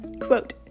Quote